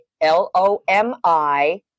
L-O-M-I